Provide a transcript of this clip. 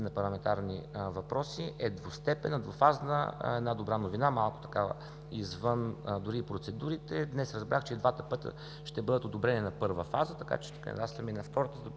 на парламентарни въпроси, е двустепенна, двуфазна. Една добра новина, малко дори извън процедурите – днес разбрах, че и двата пътя ще бъдат одобрени на първа фаза, така че ще кандидатстваме и на втората, за да